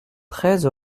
treize